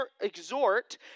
exhort